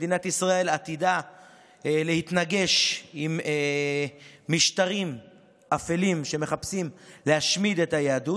מדינת ישראל עתידה להתנגש עם משטרים אפלים שמחפשים להשמיד את היהדות,